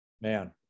Man